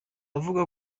avuga